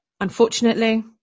Unfortunately